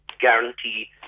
guarantee